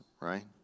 right